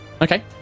Okay